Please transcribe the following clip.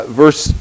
verse